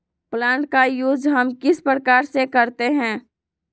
Plant का use हम किस प्रकार से करते हैं?